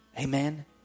Amen